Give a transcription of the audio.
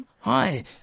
Hi